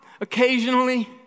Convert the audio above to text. occasionally